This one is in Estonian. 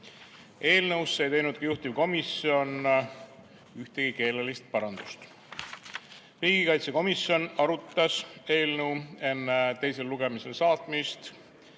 Eelnõusse ei teinud juhtivkomisjon ühtegi keelelist parandust. Riigikaitsekomisjon arutas eelnõu enne teisele lugemisele saatmist